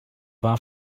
war